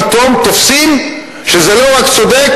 פתאום תופסים שזה לא רק צודק,